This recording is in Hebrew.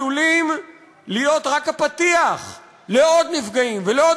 עלולים להיות רק הפתיח לעוד נפגעים ולעוד